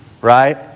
right